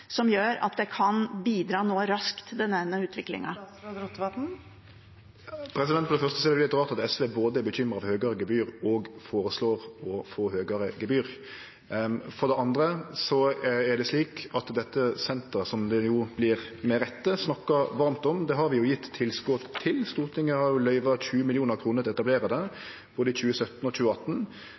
som gjør at det kan bidra raskt til denne utviklingen? For det første er det litt rart at SV både er bekymra for høgare gebyr og føreslår å få høgare gebyr. For det andre er det slik at dette senteret, som det med rette vert snakka varmt om, har vi jo gjeve tilskot til. Stortinget har løyvt 20 mill. kr til å etablere det, både i 2017 og i 2018.